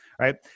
Right